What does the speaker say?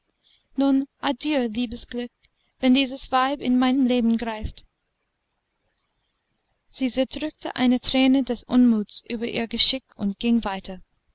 nun adieu liebesglück wenn dieses weib in mein leben greift sie zerdrückte eine träne des unmuts über ihr geschick und ging weiter